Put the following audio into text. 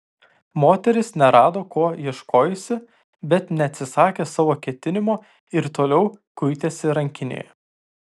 moteris nerado ko ieškojusi bet neatsisakė savo ketinimo ir toliau kuitėsi rankinėje